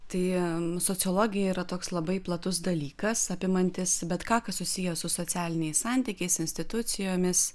tai sociologija yra toks labai platus dalykas apimantis bet ką kas susiję su socialiniais santykiais institucijomis